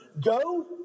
go